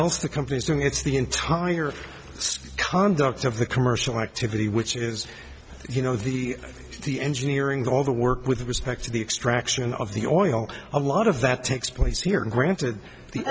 else the company is doing it's the entire conduct of the commercial activity which is you know the the engineering all the work with respect to the extraction of the oil a lot of that takes place here and granted the